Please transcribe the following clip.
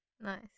nice